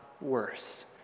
worse